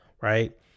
Right